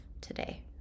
today